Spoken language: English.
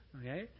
Okay